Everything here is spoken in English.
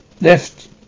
left